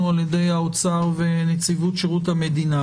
על-ידי האוצר ונציבות שירות המדינה,